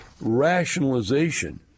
rationalization